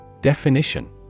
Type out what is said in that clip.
Definition